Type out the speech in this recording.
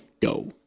go